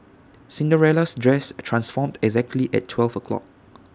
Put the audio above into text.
Cinderella's dress transformed exactly at twelve o'clock